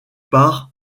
part